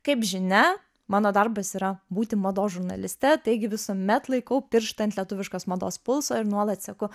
kaip žinia mano darbas yra būti mado žurnaliste taigi visuomet laikau pirštą ant lietuviškos mados pulso ir nuolat seku